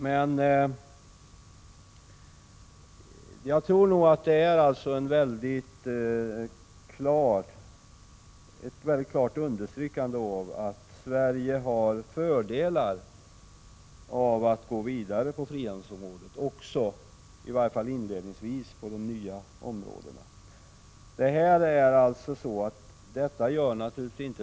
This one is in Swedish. Men jag vill mycket klart understryka att jag tror att Sverige har fördelar av att gå vidare när det gäller frihandeln, också på nya områden -— i varje fall inledningsvis.